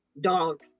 dog